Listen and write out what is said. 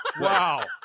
Wow